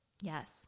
Yes